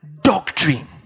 doctrine